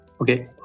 Okay